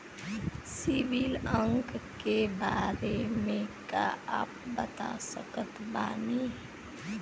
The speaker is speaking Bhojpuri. सिबिल अंक के बारे मे का आप बता सकत बानी?